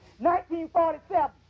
1947